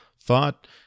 thought